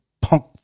punk